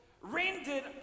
rendered